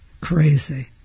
crazy